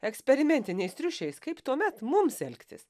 eksperimentiniais triušiais kaip tuomet mums elgtis